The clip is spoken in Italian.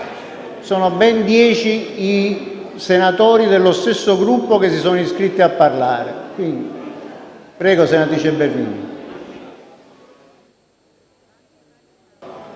Sono ben dieci i senatori dello stesso Gruppo che si sono iscritti a parlare. Prego, senatrice Bernini.